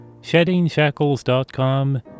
SheddingShackles.com